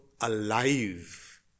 alive